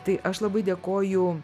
tai aš labai dėkoju